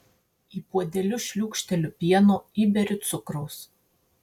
į puodelius šliūkšteliu pieno įberiu cukraus